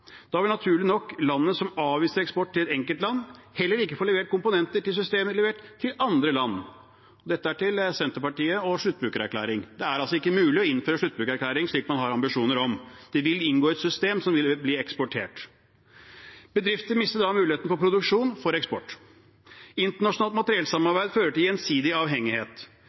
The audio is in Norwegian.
Da vil naturlig nok landet som avviser eksport til et enkeltland, heller ikke få levert komponenter til systemer levert til andre land. Dette er til Senterpartiet og spørsmålet om sluttbrukererklæring: Det er ikke mulig å innføre sluttbrukererklæring slik man har ambisjoner om. Det vil inngå i et system som vil bli eksportert. Bedrifter mister da muligheten til produksjon for eksport. Internasjonalt materiellsamarbeid fører til gjensidig avhengighet.